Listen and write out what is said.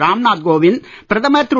ராம் நாத் கோவிந்த் பிரதமர் திரு